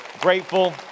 Grateful